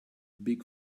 big